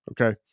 okay